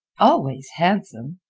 always handsome!